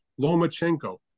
Lomachenko